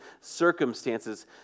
circumstances